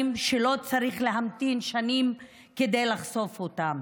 שלא צריך להמתין שנים כדי לחשוף אותם.